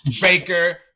Baker